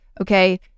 okay